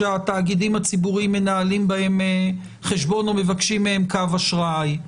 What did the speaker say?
שהתאגידים הציבוריים מנהלים בהם חשבון או מבקשים מהם קו אשראי,